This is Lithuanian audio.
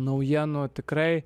naujienų tikrai